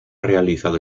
realizado